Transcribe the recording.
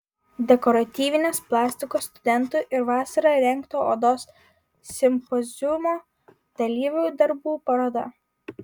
dekoratyvinės plastikos studentų ir vasarą rengto odos simpoziumo dalyvių darbų paroda